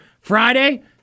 Friday